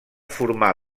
formar